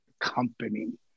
company